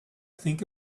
think